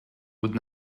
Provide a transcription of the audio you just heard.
would